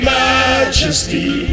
majesty